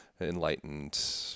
enlightened